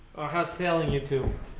ah sailing youtube